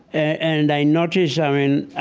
and i notice, i mean,